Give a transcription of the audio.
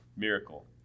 miracle